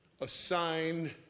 assigned